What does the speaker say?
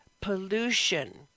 pollution